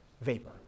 vapor